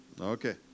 Okay